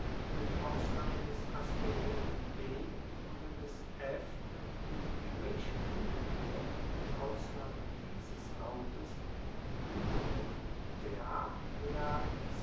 mit ausnahme des aspirierten b oder des f und die griechen umgekehrt mit ausnahme dieses lautes die uebrigen